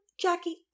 jackie